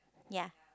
ya